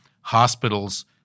hospitals